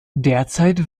derzeit